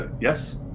yes